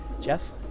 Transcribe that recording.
Jeff